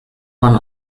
one